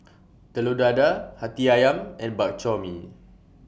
Telur Dadah Hati Ayam and Bak Chor Mee